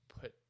put